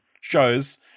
shows